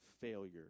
failure